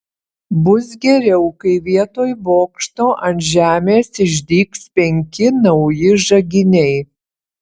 bus geriau kai vietoj bokšto ant žemės išdygs penki nauji žaginiai